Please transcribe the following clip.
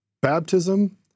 baptism